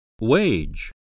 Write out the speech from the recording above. Wage